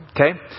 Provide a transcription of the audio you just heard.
Okay